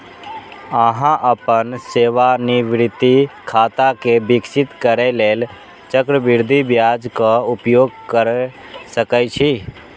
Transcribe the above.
अहां अपन सेवानिवृत्ति खाता कें विकसित करै लेल चक्रवृद्धि ब्याजक उपयोग कैर सकै छी